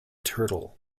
turtle